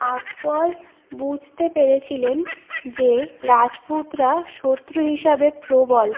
আকবর বুঝতে পেরেছিলেন যে রাজপুতরা শত্রু হিসাবে প্রবল